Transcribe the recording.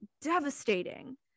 devastating